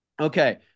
Okay